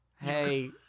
hey